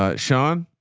ah sean.